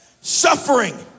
Suffering